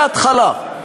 מההתחלה,